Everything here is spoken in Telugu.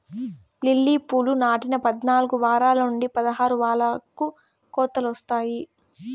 లిల్లీ పూలు నాటిన పద్నాలుకు వారాల నుంచి పదహారు వారాలకు కోతకు వస్తాయి